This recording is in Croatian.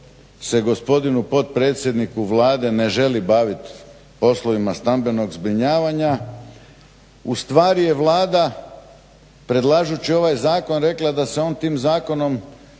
se gospodinu potpredsjedniku Vlade ne želi baviti poslovima stambenog zbrinjavanja ustvari je Vlada predlažući ovaj zakon rekla da se on tim zakonom